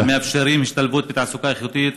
המאפשרים השתלבות בתעסוקה איכותית,